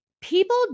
People